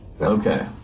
Okay